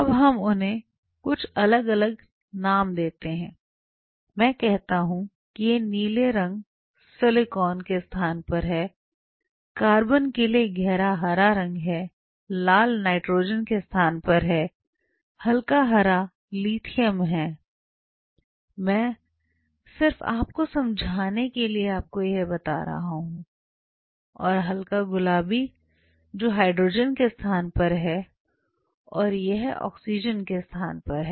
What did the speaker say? अब हम उन्हें कुछ अलग अलग अलग नाम देते हैं मैं कहता हूं कि ये नीले सिलिकॉन के स्थान पर है कार्बन के लिए गहरा हरा रंग है लाल नाइट्रोजन के स्थान पर है हल्का हरा लिथियम है मैं सिर्फ आपको समझाने के लिए आपको यह बता रहा हूं और हल्का गुलाबी जो हाइड्रोजन के स्थान पर है और यह ऑक्सीजन के स्थान पर है